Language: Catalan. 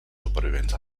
supervivents